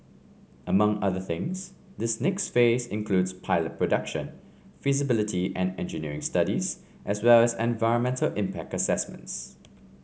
among other things this next phase includes pilot production feasibility and engineering studies as well as environmental impact assessments